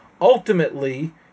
ultimately